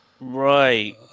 Right